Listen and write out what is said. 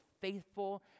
faithful